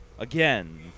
Again